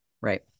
Right